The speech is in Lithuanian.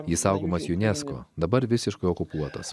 jis saugomas unesco dabar visiškai okupuotas